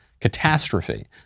catastrophe